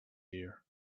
year